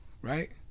right